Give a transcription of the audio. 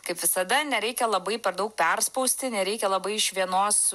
kaip visada nereikia labai per daug perspausti nereikia labai iš vienos